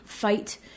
fight